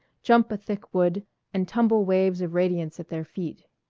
jump a thick wood and tumble waves of radiance at their feet.